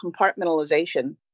compartmentalization